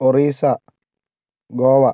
Orissa Goa